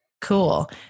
Cool